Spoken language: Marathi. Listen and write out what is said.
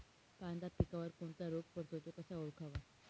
कांदा पिकावर कोणता रोग पडतो? तो कसा ओळखावा?